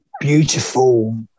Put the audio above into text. beautiful